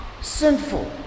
sinful